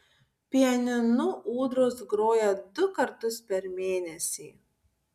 pianinu ūdros groja du kartus per mėnesį